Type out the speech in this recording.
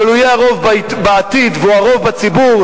הוא יהיה הרוב בעתיד והוא הרוב בציבור,